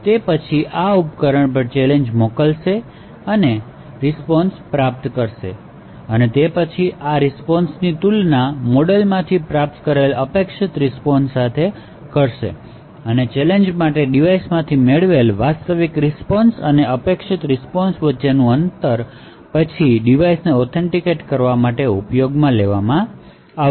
તે પછી આ ઉપકરણ પર ચેલેંજ મોકલશે અને રીસ્પોન્શ પ્રાપ્ત કરશે તે પછી આ રીસ્પોન્શની તુલના મોડેલમાંથી પ્રાપ્ત કરેલા અપેક્ષિત રીસ્પોન્શ સાથે કરશે અને તે ચેલેંજ માટે ડિવાઇસમાંથી મેળવેલ વાસ્તવિક રીસ્પોન્શ અને અપેક્ષિત રીસ્પોન્શ વચ્ચેનું અંતર પછી ડિવાઇસને ઓથેન્ટિકેટ કરવા માટે ઉપયોગમાં લેવામાં આવશે